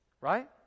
Right